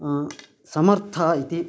समर्थ इति